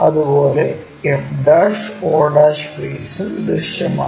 അതുപോലെ f o ഫേസും ദൃശ്യമാണ്